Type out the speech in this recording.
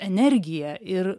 energiją ir